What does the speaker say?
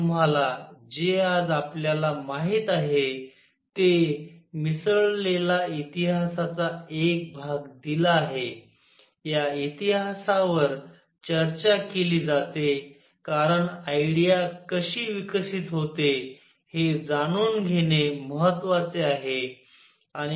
मी तुम्हाला जे आज आपल्याला माहित आहे ते मिसळलेला इतिहासाचा एक भाग दिला आहे या इतिहासावर चर्चा केली जाते कारण आयडिया कशी विकसित होते हे जाणून घेणे महत्वाचे आहे